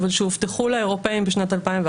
אבל שהובטחו לאירופאים בשנת 2011,